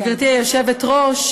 יושבת-ראש